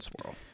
Swirl